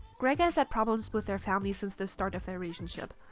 greg has had problems with their family since the start of their relationship.